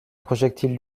projectile